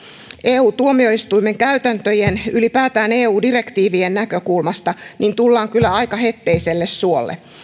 eu tuomioistuimen käytäntöjen ja ylipäätään eu direktiivien näkökulmasta niin tullaan kyllä aika hetteiselle suolle